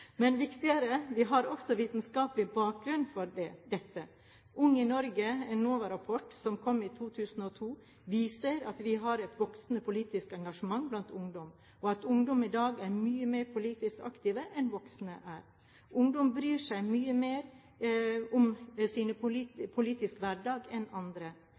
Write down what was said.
Men viktigere – vi har også vitenskapelig bakgrunn for dette. Ung i Norge, en NOVA-rapport som kom i 2002, viser at vi har et voksende politisk engasjement blant ungdom, og at ungdom i dag er mye mer politisk aktive enn det voksne er. Ungdom bryr seg mye mer om sin politiske hverdag enn andre.